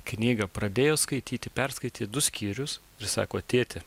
knygą pradėjo skaityti perskaitė du skyrius ir sako tėti